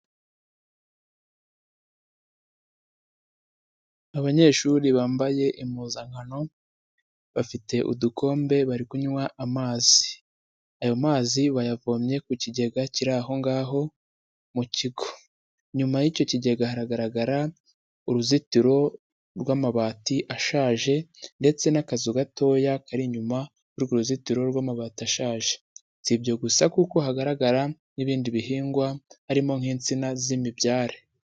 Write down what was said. Abanyeshuri bambaye impuzankano, bafite udukombe bari kunywa amazi. Ayo mazi bayavomye ku kigega kiri aho ngaho mu kigo. Inyuma y'icyo kigega haragaragara uruzitiro rw'amabati ashaje ndetse n'akazu gatoya kari inyuma y'urwo ruzitiro rw'amabati ashaje. Si ibyo gusa, kuko hagaragara n'ibindi bihingwa, harimo nk'insina z'imibyare.